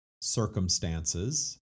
circumstances